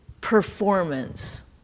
performance